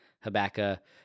Habakkuk